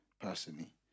personally